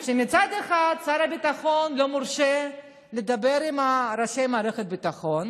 מצד אחד שר הביטחון לא מורשה לדבר עם ראשי מערכת הביטחון.